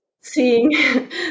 seeing